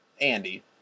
Andy